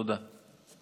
תודה רבה.